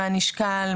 מה נשקל,